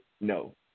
no